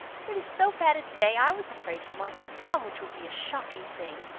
for it is so bad a day i was afraid you might not come, which would be a shocking thing,